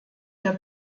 der